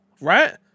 Right